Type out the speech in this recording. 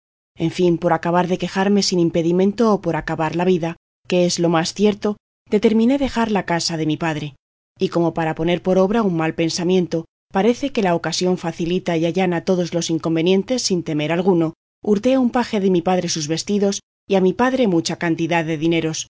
en fin por acabar de quejarme sin impedimento o por acabar la vida que es lo más cierto determiné dejar la casa de mi padre y como para poner por obra un mal pensamiento parece que la ocasión facilita y allana todos los inconvenientes sin temer alguno hurté a un paje de mi padre sus vestidos y a mi padre mucha cantidad de dineros